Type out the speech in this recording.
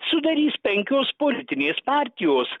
sudarys penkios politinės partijos